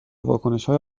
واکنشهای